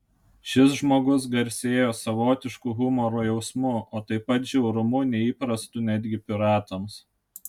šis žmogus garsėjo savotišku humoro jausmu o taip pat žiaurumu neįprastu netgi piratams